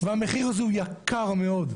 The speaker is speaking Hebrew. והמחיר הוא יקר מאוד.